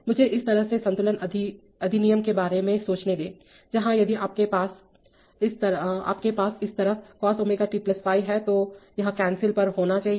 मुझे इस तरह के संतुलन अधिनियम के बारे में सोचने दें जहां यदि आपके पास इस तरफ cos ω t ϕ है तो यह कैंसिल पर होना चाहिए